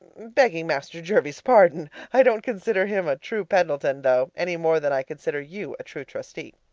begging master jervie's pardon i don't consider him a true pendleton though, any more than i consider you a true trustee.